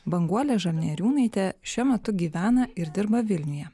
banguolė žalnieriūnaitė šiuo metu gyvena ir dirba vilniuje